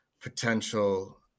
potential